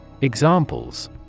Examples